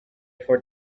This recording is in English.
for